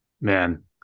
man